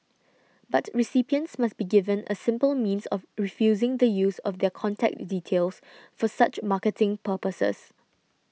but recipients must be given a simple means of refusing the use of their contact details for such marketing purposes